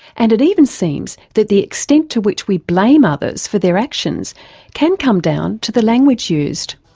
and it even seems that the extent to which we blame others for their actions can come down to the language used.